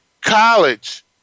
College